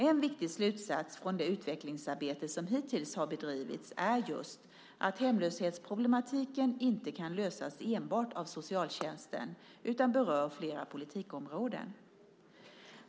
En viktig slutsats från det utvecklingsarbete som hittills har bedrivits är just att hemlöshetsproblematiken inte kan lösas enbart av socialtjänsten utan berör flera politikområden.